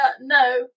no